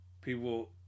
people